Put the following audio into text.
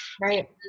Right